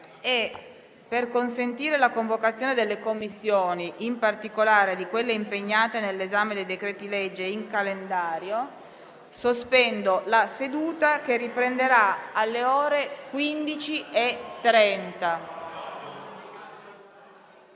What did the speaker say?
per consentire la convocazione delle Commissioni, in particolare di quelle impegnate nell'esame dei decreti-legge in calendario, sospendo la seduta, che riprenderà alle ore 15,30.